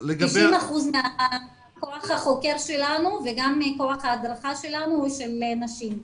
90% מהכוח החוקר שלנו וגם מכוח ההדרכה שלנו הוא של נשים.